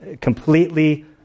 completely